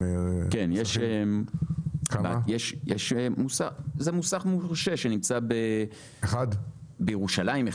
זה מוסך מורשה שנמצא בירושלים.